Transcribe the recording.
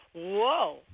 whoa